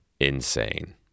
insane